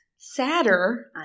sadder